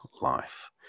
life